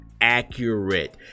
accurate